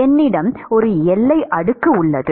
என்னிடம் ஒரு எல்லை அடுக்கு உள்ளது